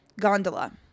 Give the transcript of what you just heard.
Gondola